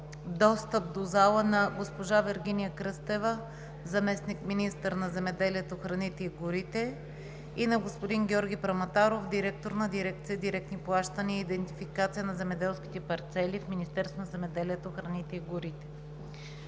достъп до залата на госпожа Вергиния Кръстева – заместник-министър на земеделието, храните и горите, и на господин Георги Праматаров – директор на дирекция „Директни плащания и идентификация на земеделските парцели“ в Министерство на земеделието, храните и горите.